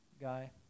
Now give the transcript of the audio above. guy